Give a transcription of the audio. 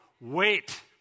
Wait